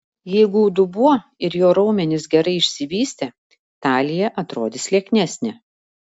jeigu dubuo ir jo raumenys gerai išsivystę talija atrodys lieknesnė